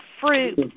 fruit